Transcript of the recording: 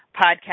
podcast